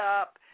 up